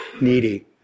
needy